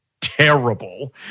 terrible